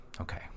Okay